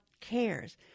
cares